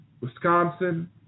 Wisconsin